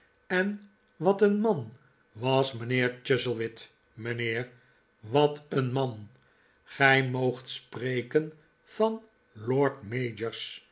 en wat een man was mijnheer chuzzlewit mijnheerl wat een man gij moogt spreken van lord